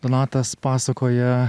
donatas pasakoja